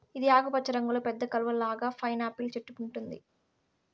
ఇది ఆకుపచ్చ రంగులో పెద్ద కలువ లాగా పైనాపిల్ చెట్టు ఉంటుంది